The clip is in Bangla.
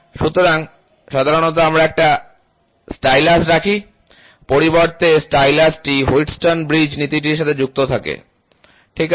সুতরাং সাধারণত আমরা একটি স্টাইলাস রাখি পরিবর্তে স্টাইলাস টি হুইটস্টোন ব্রিজ নীতিটির সাথে সংযুক্ত থাকে ঠিক আছে